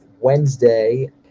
Wednesday